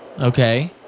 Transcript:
Okay